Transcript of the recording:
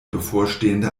bevorstehende